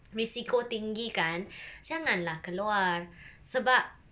risiko tinggi kan jangan lah keluar sebab